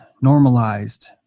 normalized